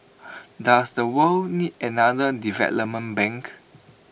does the world need another development bank